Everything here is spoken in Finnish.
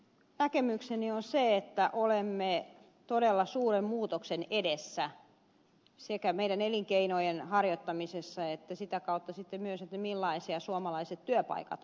näkemykseni on se että olemme todella suuren muutoksen edessä sekä meidän elinkeinojemme harjoittamisessa että sitä kautta sitten myös siinä millaisia suomalaiset työpaikat ovat